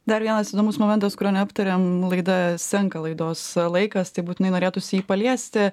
dar vienas įdomus momentas kurio neaptarėm laida senka laidos laikas tai būtinai norėtųsi jį paliesti